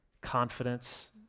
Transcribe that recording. confidence